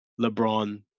LeBron